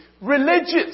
religious